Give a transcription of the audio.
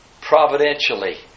providentially